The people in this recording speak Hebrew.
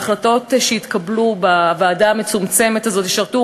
ההחלטות שיתקבלו בוועדה המצומצמת הזו ישרתו